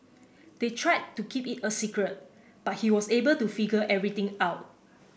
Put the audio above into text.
they tried to keep it a secret but he was able to figure everything out